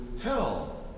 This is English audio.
hell